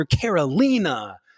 Carolina